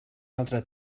altre